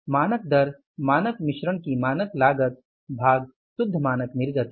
मानक दर मानक मिश्रण की मानक लागत भाग शुद्ध मानक निर्गत है